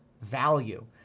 value